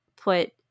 put